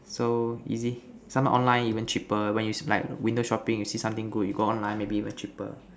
so easy some online even cheaper when is like window shopping you see something good you go online maybe even cheaper